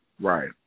Right